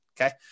okay